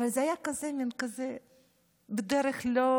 אבל זה היה בדרך אגב,